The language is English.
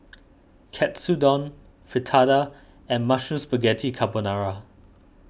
Katsudon Fritada and Mushroom Spaghetti Carbonara